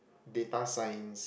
data science